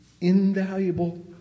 invaluable